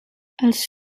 els